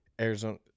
Arizona –